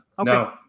no